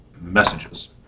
messages